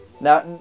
Now